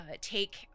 take